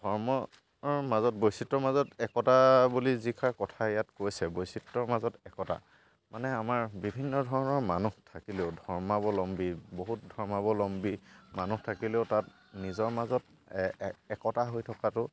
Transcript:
ধৰ্মৰ মাজত বৈচিত্ৰৰ মাজত একতা বুলি যিষাৰ কথা ইয়াত কৈছে বৈচিত্ৰৰ মাজত একতা মানে আমাৰ বিভিন্ন ধৰণৰ মানুহ থাকিলেও ধৰ্মাৱলম্বী বহুত ধৰ্মাৱলম্বী মানুহ থাকিলেও তাত নিজৰ মাজত একতা হৈ থকাটো